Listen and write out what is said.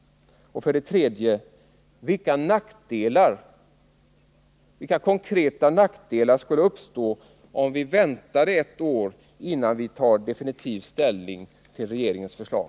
För det tredje: Vilka konkreta nackdelar skulle uppstå, om vi väntade ett år innan vi tar definitiv ställning till regeringens förslag?